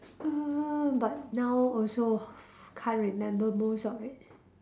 uh but now also can't remember most of it